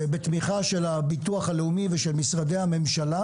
בתמיכה של הביטוח הלאומי ושל משרדי הממשלה,